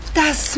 das